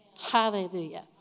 Hallelujah